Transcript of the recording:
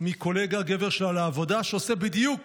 מגבר קולגה שלה לעבודה, שעושה בדיוק